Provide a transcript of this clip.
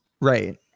right